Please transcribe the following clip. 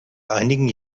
einigen